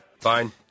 Fine